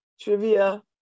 Trivia